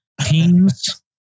Teams